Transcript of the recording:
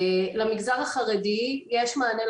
למגזר החרדי יש מענה,